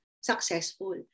successful